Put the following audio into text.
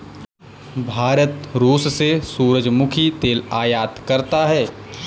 भारत रूस से सूरजमुखी तेल आयात करता हैं